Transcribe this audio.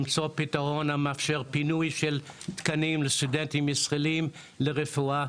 למצוא פתרון המאפשר פינוי של תקנים לסטודנטים ישראלים לרפואה,